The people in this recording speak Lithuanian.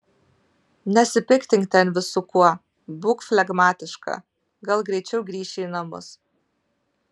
nesipiktink ten visu kuo būk flegmatiška gal greičiau grįši į namus